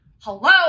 hello